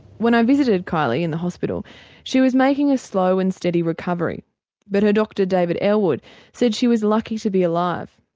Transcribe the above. when i visited kylie in the hospital she was making a slow and steady recovery but her doctor david ellwood said she was lucky to be alive.